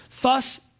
Thus